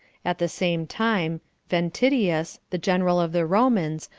at the same time ventidius, the general of the romans,